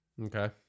Okay